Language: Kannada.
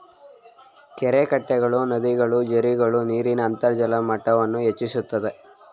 ಕೆರೆಕಟ್ಟೆಗಳು, ನದಿಗಳು, ಜೆರ್ರಿಗಳು ನೀರಿನ ಅಂತರ್ಜಲ ಮಟ್ಟವನ್ನು ಹೆಚ್ಚಿಸುತ್ತದೆ